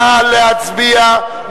נא להצביע.